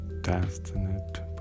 destined